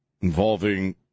involving